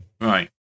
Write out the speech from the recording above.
Right